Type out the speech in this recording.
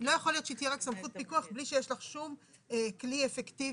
לא יכול להיות שתהיה רק סמכות פיקוח בלי שיש לך שום כלי אפקטיבי